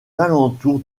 alentours